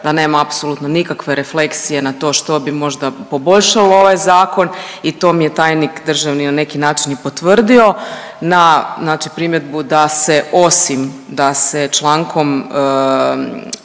da nema apsolutno nikakve refleksije na to što bi možda poboljšalo ovaj zakon i to mi je tajnik državni na neki način i potvrdio. Na znači primjedbu da se osim da se Člankom,